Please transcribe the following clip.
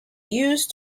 used